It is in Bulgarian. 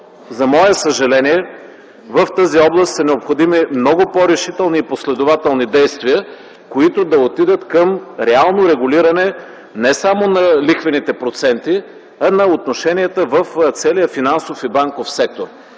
За мое съжаление, в тази област са необходими много по-решителни и последователни действия, които да отидат към реално регулиране не само на лихвените проценти, а на отношенията в целия финансов и банков сектор.